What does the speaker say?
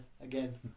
again